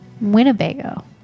Winnebago